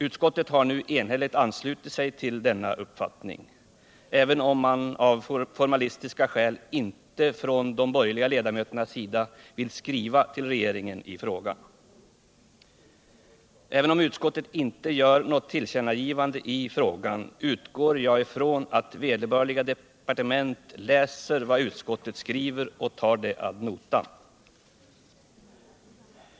Utskottet har nu enhälligt anslutit sig till denna uppfattning, även om de borgerliga ledamöterna av formalistiska skäl inte vill skriva till regeringen i frågan. Trots att utskottet inte gjort något tillkännagivande utgår jag från att man i vederbörande departement läser vad utskottet skrivit och tar det ad notam.